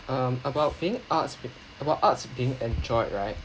um about being arts about arts being enjoyed right